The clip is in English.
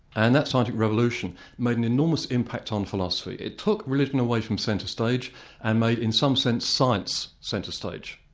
and that scientific revolution made an enormous impact on philosophy. it took religion away from centre stage and made in some sense science centre stage.